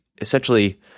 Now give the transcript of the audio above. essentially